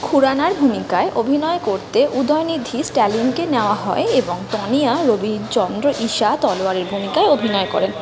খুরানার ভূমিকায় অভিনয় করতে উদয়নিধি স্ট্যালিনকে নেওয়া হয় এবং তানিয়া রবিচন্দ্র ইশা তলওয়ারের ভূমিকায় অভিনয় করেন